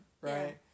right